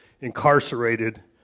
incarcerated